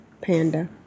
panda